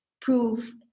prove